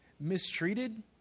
mistreated